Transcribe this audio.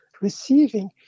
receiving